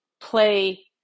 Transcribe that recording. play